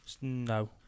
No